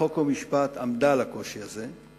חוק ומשפט עמדה על הקושי הזה,